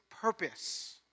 purpose